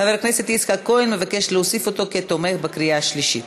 חבר הכנסת יצחק כהן מבקש להוסיף אותו כתומך בקריאה השלישית.